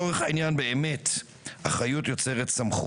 את התוצאה של שומר חומות בערבים המעורבות,